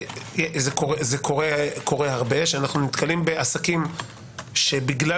זה קורה הרבה שאנחנו נתקלים בעסקים שבגלל